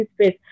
space